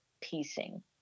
piecing